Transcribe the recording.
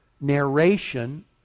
narration